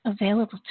available